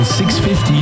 650